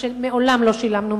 מה שמעולם לא שילמנו,